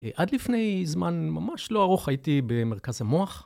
עד לפני זמן ממש לא ארוך הייתי במרכז המוח.